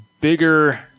bigger